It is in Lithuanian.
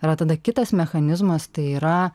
yra tada kitas mechanizmas tai yra